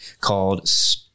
called